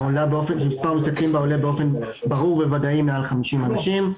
מספר המשתתפים בה עולה באופן ברור וודאי מעל 50 אנשים.